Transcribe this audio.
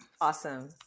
Awesome